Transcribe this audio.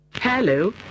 hello